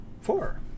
Four